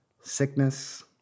Sickness